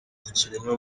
kiremwa